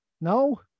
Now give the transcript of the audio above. No